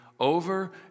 Over